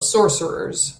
sorcerers